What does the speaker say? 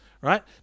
right